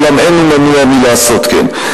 אולם אין הוא מנוע מלעשות כן.